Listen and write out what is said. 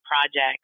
projects